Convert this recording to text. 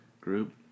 Group